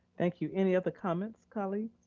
thank you, any other comments, colleagues?